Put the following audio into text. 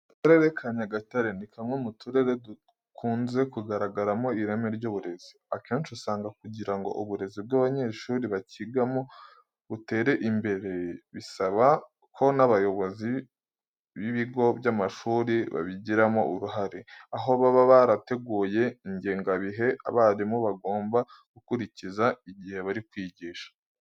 Akarere ka Nyagatare ni kamwe mu turere dukunze kugaragaramo ireme ry'uburezi. Akenshi usanga kugira ngo uburezi by'abanyeshuri bakigamo butere imbere bisaba ko n'abayobozi b'ibigo by'amashuri babigiramo uruhare, aho baba barateguye ingengabihe abarimu bagomba gukurikiza igihe bari kwigisha.